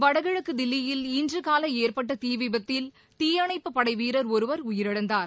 வடகிழக்கு தில்லியில் இன்று காலை ஏற்பட்ட தீவிபத்தில் தீயணைப்பு படை வீரர் ஒருவர் உயிரிழந்தார்